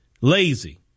lazy